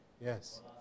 Yes